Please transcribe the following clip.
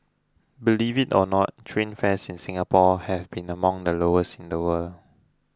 believe it or not train fares in Singapore have been among the lowest in the world